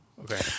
Okay